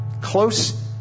close